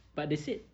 but they said